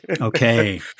Okay